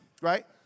right